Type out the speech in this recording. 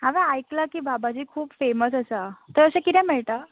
हांवें आयकलां की बाबाजी खूब फॅमस आसा थंय अशें कितें मेळटा